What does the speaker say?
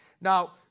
now